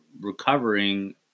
recovering